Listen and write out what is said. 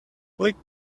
click